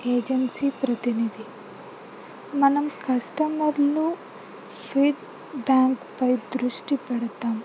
agency ప్రతినిధి మనం కస్టమర్లు ఫీడ్బ్యాక్పై దృష్టి పెడతాం